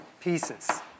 pieces